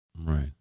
Right